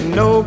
no